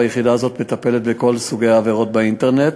היחידה הזאת מטפלת בכל סוגי העבירות באינטרנט,